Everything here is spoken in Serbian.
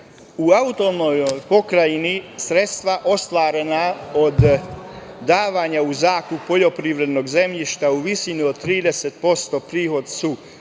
autonomnoj pokrajini sredstva ostvarena od davanja u zakup poljoprivrednog zemljišta u visini od 30% prihod su